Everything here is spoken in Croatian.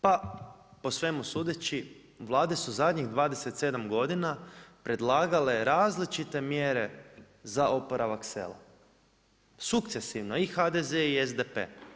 Pa po svemu sudeći vlade su zadnjih 27 godina predlagale različite mjere za oporavak sela, sukcesivno i HDZ i SDP.